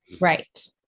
Right